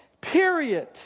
period